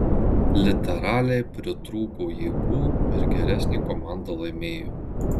literaliai pritrūko jėgų ir geresnė komanda laimėjo